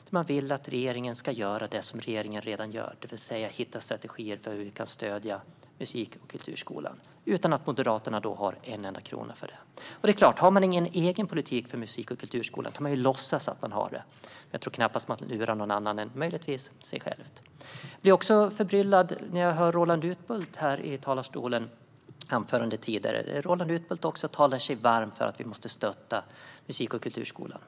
De vill att regeringen ska göra det som regeringen redan gör, det vill säga hitta strategier för att stödja musik och kulturskolan, utan att själva ha en enda krona till det. Det är klart; har man ingen egen politik för musik och kulturskolan kan man låtsas att man har det. Men jag tror knappast att man lurar någon annan än möjligtvis sig själv. Jag blev förbryllad när jag hörde Roland Utbults anförande här tidigare. Också Roland Utbult talar sig varm för att stötta musik och kulturskolan.